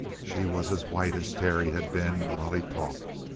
she was as white as terry had been while he talked.